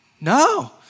no